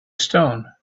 stone